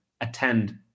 attend